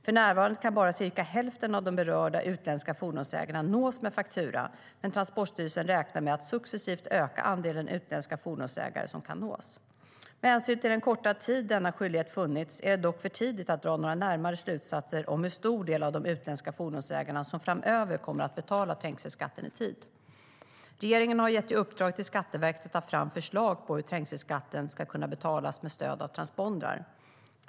För närvarande kan bara cirka hälften av de berörda utländska fordonsägarna nås med faktura, men Transportstyrelsen räknar med att successivt öka andelen utländska fordonsägare som kan nås. Med hänsyn till den korta tid denna skyldighet funnits är det dock för tidigt att dra några närmare slutsatser om hur stor del av de utländska fordonsägarna som framöver kommer att betala trängselskatten i tid. Regeringen har gett i uppdrag till Skatteverket att ta fram förslag på hur trängselskatten ska kunna betalas med stöd av transpondrar.